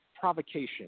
provocation